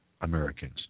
Americans